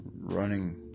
running